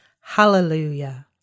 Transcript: Hallelujah